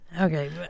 okay